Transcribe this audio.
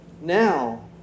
now